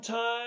Time